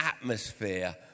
atmosphere